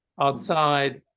Outside